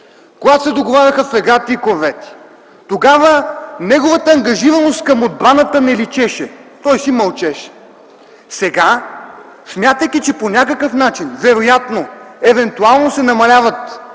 когато се договаряха фрегати и корвети. Тогава неговата ангажираност към отбраната не личеше, той си мълчеше, сега, смятайки, че по някакъв начин вероятно, евентуално се намаляват